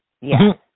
Yes